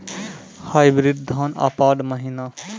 Hybrid धान आषाढ़ महीना?